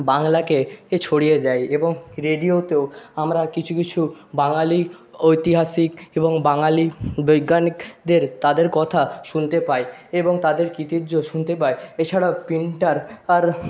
বাংলাকে এ ছড়িয়ে দেয় এবং রেডিওতেও আমরা কিছু কিছু বাঙালি ঐতিহাসিক এবং বাঙালি বৈজ্ঞানিকদের তাদের কথা শুনতে পাই এবং তাদের কৃতিত্ব শুনতে পাই এছাড়াও প্রিন্টার আর